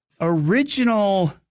original